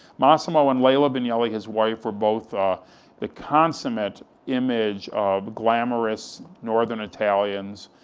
massimo and lella vignelli, his wife, were both the consummate image of glamorous northern italians,